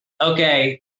okay